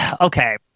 Okay